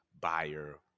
buyer